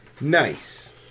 Nice